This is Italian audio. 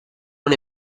non